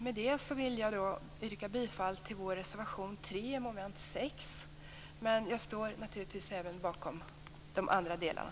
Med detta vill jag yrka bifall till reservation 3 mom. 6, men jag står naturligtvis bakom även de andra delarna.